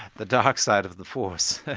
the dark side of the force.